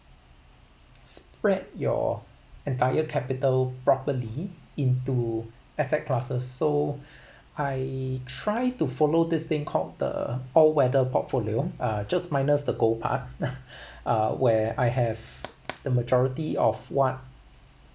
spread your entire capital properly into asset classes so I try to follow this thing called the all weather portfolio uh just minus the gold part where I have the majority of what